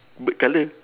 black colour